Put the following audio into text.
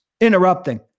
interrupting